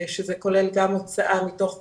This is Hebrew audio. שזה כולל גם הוצאה מתוך קבוצה,